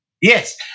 Yes